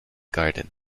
garden